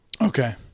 Okay